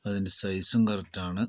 അതിന്റെ സൈസും കറക്റ്റ് ആണ്